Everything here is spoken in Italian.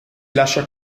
lascia